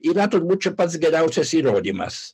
yra turbūt čia pats geriausias įrodymas